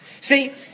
See